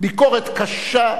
ביקורת קשה,